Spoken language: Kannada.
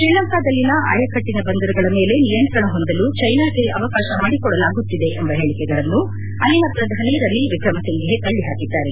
ಶ್ರೀಲಂಕಾದಲ್ಲಿನ ಆಯಕಟ್ಟಿನ ಬಂದರುಗಳ ಮೇಲೆ ನಿಯಂತ್ರಣ ಹೊಂದಲು ಜೈನಾಗೆ ಅವಕಾಶ ಮಾಡಿಕೊಡಲಾಗುತ್ತಿದೆ ಎಂಬ ಹೇಳಿಕೆಗಳನ್ನು ಅಲ್ಲಿನ ಪ್ರಧಾನಿ ರನಿಲ್ ವಿಕ್ರಮಸಿಂಘೆ ತಳ್ಳಹಾಕಿದ್ದಾರೆ